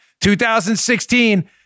2016